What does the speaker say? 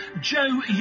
joe